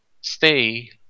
stay